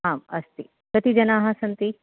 आम् अस्ति कति जनाः सन्ति